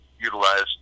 utilized